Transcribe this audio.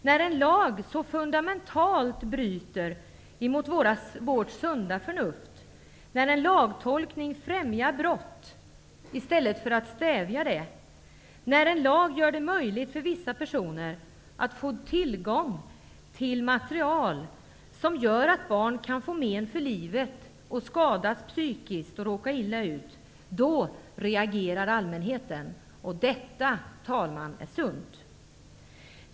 När en lag så fundamentalt bryter mot vårt sunda förnuft, när en lagtolkning främjar brott i stället för stävjar det, när en lag gör det möjligt för vissa personer att få tillgång till material som gör att barn kan få men för livet, skadas psykiskt och råka illa ut, då reagerar allmänheten. Detta, herr talman, är sunt!